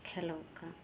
खएलहुँ